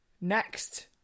next